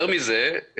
יותר מזה,